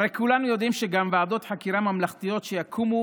הרי כולנו יודעים שגם ועדות חקירה ממלכתיות שיקומו